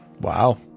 Wow